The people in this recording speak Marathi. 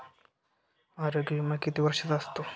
आरोग्य विमा किती वर्षांचा असतो?